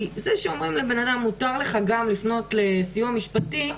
זה שאומרים לאדם שמותר לו גם לפנות לסיוע משפטי,